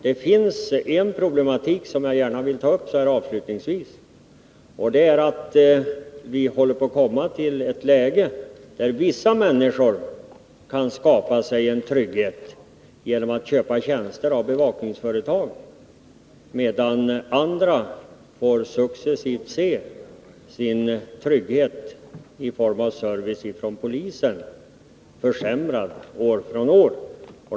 Det finns en problematik som jag gärna vill ta upp i det sammanhanget. Vi håller nu på att komma i ett läge där vissa människor kan skaffa sig trygghet genom att köpa tjänster av bevakningsföretag, medan andra får se sin trygghet i form av service från polisen successivt försämras år från år.